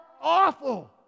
awful